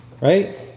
Right